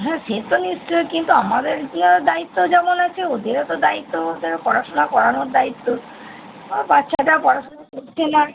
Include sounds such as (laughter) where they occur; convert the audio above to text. হ্যাঁ সে তো নিশ্চয়ই কিন্তু আমাদের (unintelligible) দায়িত্ব যেমন আছে ওদেরও তো দায়িত্ব ওদের পড়াশুনা করানোর দায়িত্ব বাচ্চাটা পড়াশুনো করছে না